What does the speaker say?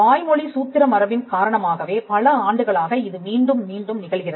வாய்மொழி சூத்திர மரபின் காரணமாகவே பல ஆண்டுகளாக இது மீண்டும் மீண்டும் நிகழ்கிறது